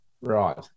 Right